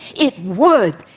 it would,